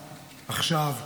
עכשיו,